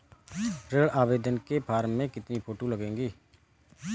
ऋण आवेदन के फॉर्म में कितनी फोटो लगेंगी?